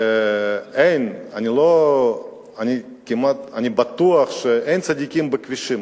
אני בטוח שאין צדיקים בכבישים.